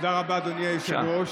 תודה רבה, אדוני היושב-ראש.